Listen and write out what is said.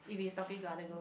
if he's talking to other girls